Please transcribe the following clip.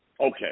okay